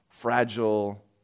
Fragile